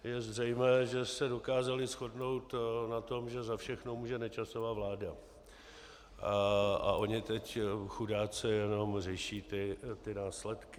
Je zřejmé, že se dokázali shodnout na tom, že za všechno může Nečasova vláda a oni teď chudáci jenom řeší ty následky.